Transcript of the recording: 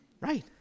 right